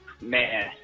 Man